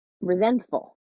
Resentful